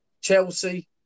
chelsea